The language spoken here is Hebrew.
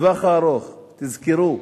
לטווח הארוך, תזכרו,